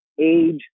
age